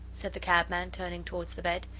said the cabman, turning towards the bed,